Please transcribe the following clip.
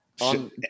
on